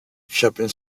shopping